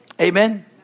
Amen